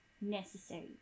necessary